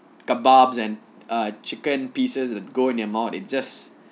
kebabs and uh chicken pieces go in your mouth it just